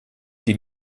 die